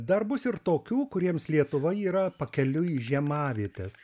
dar bus ir tokių kuriems lietuva yra pakeliui į žiemavietes